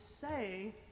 say